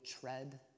tread